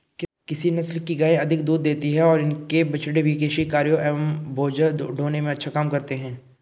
किस नस्ल की गायें अधिक दूध देती हैं और इनके बछड़े भी कृषि कार्यों एवं बोझा ढोने में अच्छा काम करते हैं?